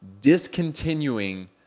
discontinuing